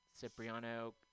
Cipriano